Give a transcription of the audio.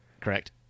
correct